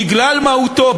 בגלל מהותו,